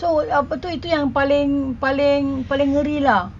so apa tu itu yang paling paling paling worry lah